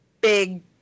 Big